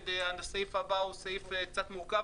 כי הסעיף הבא הוא סעיף קצת מורכב,